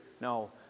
No